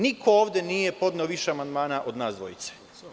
Niko ovde nije podneo više amandman od nas dvojice.